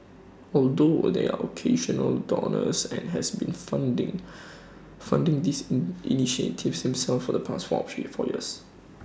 although there are occasional donors and has been funding funding these in initiatives himself for the past four years